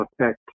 affect